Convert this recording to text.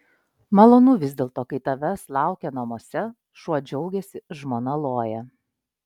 malonu vis dėlto kai tavęs laukia namuose šuo džiaugiasi žmona loja